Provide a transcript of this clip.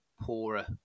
poorer